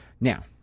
Now